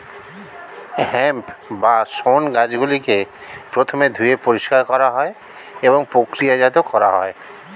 hemp বা শণ গাছগুলিকে প্রথমে ধুয়ে পরিষ্কার করা হয় এবং প্রক্রিয়াজাত করা হয়